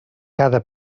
cada